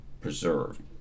preserved